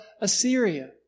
Assyria